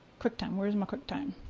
quicktime, where is my quicktime?